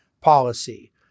policy